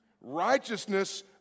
Righteousness